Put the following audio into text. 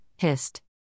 hist